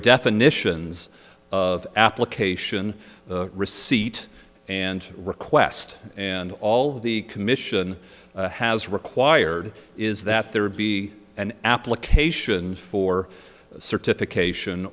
definitions of application receipt and request and all the commission has required is that there be an application for certification